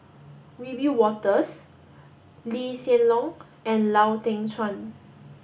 Wiebe Wolters Lee Hsien Loong and Lau Teng Chuan